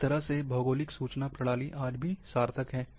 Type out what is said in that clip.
इस तरह से भौगोलिक सूचना प्रणाली आज भी सार्थक है